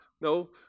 No